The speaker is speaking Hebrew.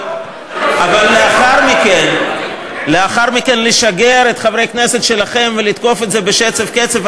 אבל לאחר מכן לשגר את חברי הכנסת שלכם ולתקוף את זה בשצף קצף,